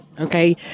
okay